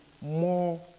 more